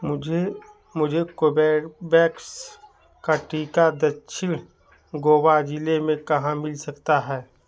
मुझे कोर्बेवैक्स का टीका दक्षिण गोवा ज़िले में कहाँ मिल सकता है